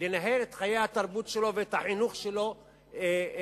לנהל את חיי התרבות שלו ואת החינוך שלו בעצמו,